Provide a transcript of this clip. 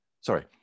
Sorry